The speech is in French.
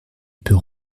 peut